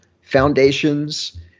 foundations